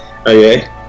Okay